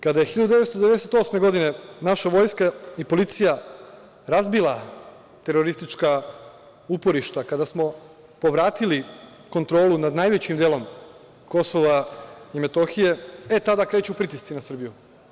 Kada je 1998. godine naša vojska i policija razbila teroristička uporišta, kada smo povratili kontrolu nad najvećim delom Kosova i Metohije, e tada kreću pritisci na Srbiju.